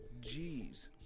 Jeez